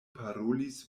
parolis